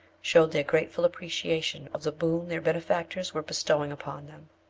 showed their grateful appreciation of the boon their benefactors were bestowing upon them.